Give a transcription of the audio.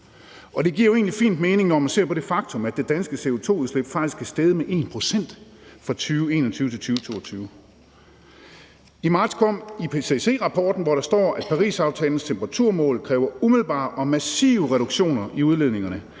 egentlig fin mening, når man ser på det faktum, at det danske CO2-udslip faktisk er steget med 1 pct. fra 2021 til 2022. I marts kom IPCC-rapporten, hvor der står, at Parisaftalens temperaturmål kræver umiddelbare og massive reduktioner i udledningerne,